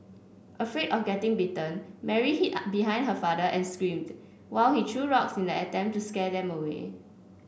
afraid of getting bitten Mary hid are behind her father and screamed while he threw rocks in an attempt to scare them away